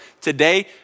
today